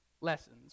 lessons